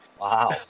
Wow